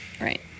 Right